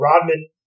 Rodman